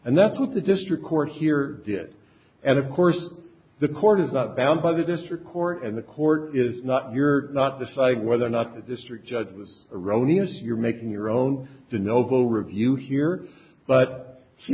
and that's what the district court here did and of course the court is not bound by the district court and the court is not you're not deciding whether or not the district judge was erroneous you're making your own the novo review here but he